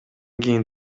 кийин